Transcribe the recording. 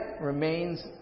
remains